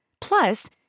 Plus